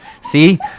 See